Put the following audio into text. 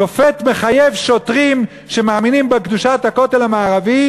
שופט מחייב שוטרים שמאמינים בקדושת הכותל המערבי